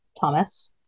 Thomas